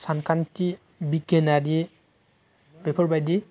सानखान्थि बिगियानारि बेफोर बायदि